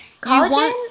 collagen